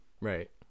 Right